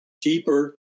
deeper